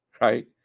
Right